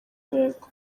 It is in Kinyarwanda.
rwego